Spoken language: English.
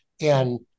And-